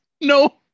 No